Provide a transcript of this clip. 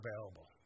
available